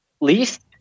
least